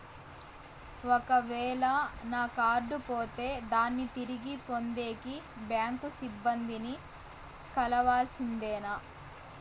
ఒక వేల నా కార్డు పోతే దాన్ని తిరిగి పొందేకి, బ్యాంకు సిబ్బంది ని కలవాల్సిందేనా?